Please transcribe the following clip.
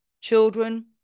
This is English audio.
children